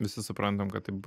visi suprantam kad taip